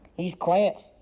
he's quiet.